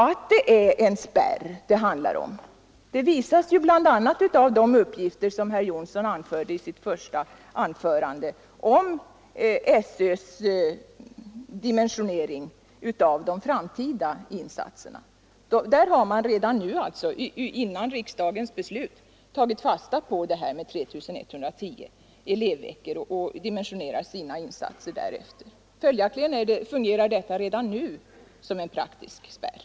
Att det här handlar om en spärr visas bl.a. av de uppgifter som herr Jonsson i Alingsås lämnade i sitt första anförande om skolöverstyrelsens dimensionering av de framtida insatserna. Där har man redan nu, innan riksdagen fattat beslut, tagit fasta på att Samernas folkhögskola skall ha en verksamhet om 3 110 elevveckor, och insatserna har dimensionerats därefter. Detta fungerar följaktligen redan nu som praktisk spärr.